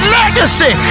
legacy